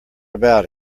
about